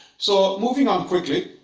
so moving on quickly,